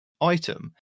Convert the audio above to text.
item